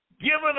given